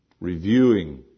reviewing